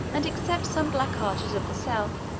and except some black archers of the south,